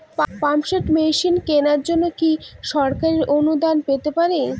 Pump set machine কেনার জন্য কি সরকারি অনুদান পেতে পারি?